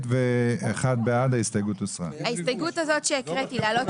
ההסתייגות הזאת שהקראתי, להעלות